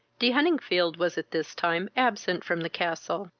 de huntingfield was at this time absent from the castle.